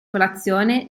colazione